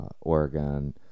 Oregon